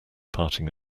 parting